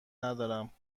ندارم